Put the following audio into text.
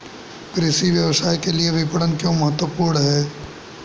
कृषि व्यवसाय के लिए विपणन क्यों महत्वपूर्ण है?